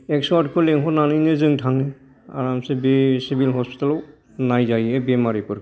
एक श'आथ' खौ लेंहरनानैनो जों थाङो आरामसे बे सिभिल हस्पिटेलाव नायजायो बेमारिफोरखौ